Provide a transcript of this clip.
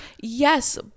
Yes